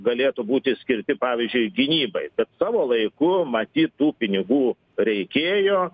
galėtų būti skirti pavyzdžiui gynybai bet savo laiku matyt tų pinigų reikėjo